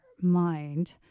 mind